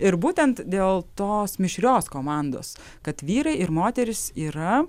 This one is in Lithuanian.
ir būtent dėl tos mišrios komandos kad vyrai ir moterys yra